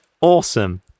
awesome